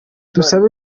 dusabe